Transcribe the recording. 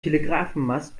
telegrafenmast